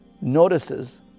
notices